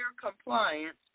compliance